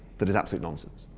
that is absolute nonsense.